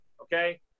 okay